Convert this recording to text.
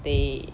they